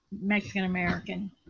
Mexican-American